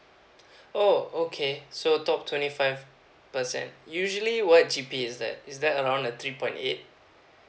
oh okay so top twenty five percent usually what G_P_A is that is that around the three point eight